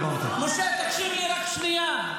משה, תקשיב לי רק שנייה.